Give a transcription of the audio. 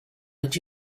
did